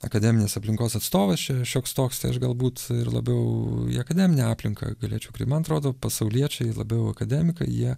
akademinės aplinkos atstovas čia šioks toks tai aš galbūt labiau į akademinę aplinką galėčiau man atrodo pasauliečiai labiau akademikai jie